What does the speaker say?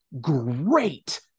great